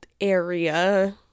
area